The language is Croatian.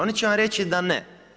Oni će vam reći da ne.